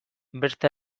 beste